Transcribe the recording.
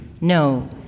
No